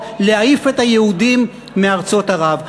להעיף, את היהודים מארצות ערב.